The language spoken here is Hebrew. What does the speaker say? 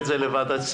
אולי.